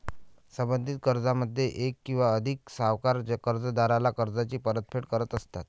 संबंधित कर्जामध्ये एक किंवा अधिक सावकार कर्जदाराला कर्जाची परतफेड करत असतात